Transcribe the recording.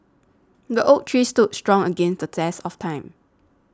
the oak tree stood strong against the test of time